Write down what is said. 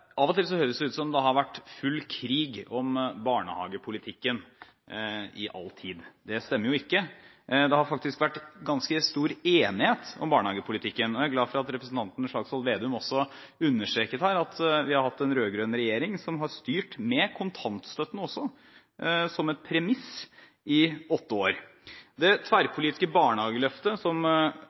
Av og til høres det ut som om det har vært full krig om barnehagepolitikken i all tid. Det stemmer jo ikke. Det har faktisk vært ganske stor enighet om barnehagepolitikken, og jeg er glad for at representanten Slagsvold Vedum også understreket her at vi har hatt en rød-grønn regjering som har styrt med kontantstøtten som et premiss i åtte år. Det tverrpolitiske barnehageløftet som